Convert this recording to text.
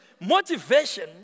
motivation